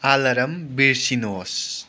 alarm बिर्सिनुहोस्